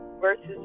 versus